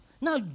Now